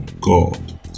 God